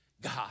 God